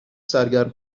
سرگرم